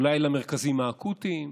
אולי למרכזים האקוטיים?